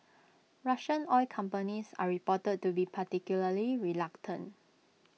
Russian oil companies are reported to be particularly reluctant